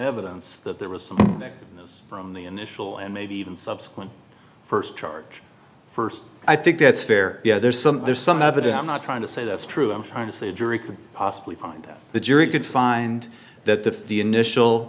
evidence that there was some from the initial and maybe even subsequent st charge st i think that's fair yeah there's some there's some evidence not trying to say that's true i'm trying to say a jury could possibly find the jury could find that the the initial